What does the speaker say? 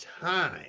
time